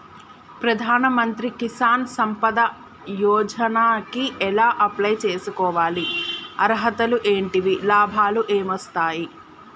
ప్రధాన మంత్రి కిసాన్ సంపద యోజన కి ఎలా అప్లయ్ చేసుకోవాలి? అర్హతలు ఏంటివి? లాభాలు ఏమొస్తాయి?